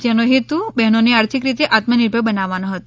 જેનો હેતુ બહેનોને આર્થિક રીતે આત્મનિર્ભર બનાવવાનો હતો